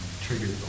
triggered